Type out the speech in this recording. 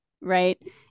right